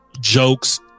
Jokes